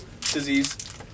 disease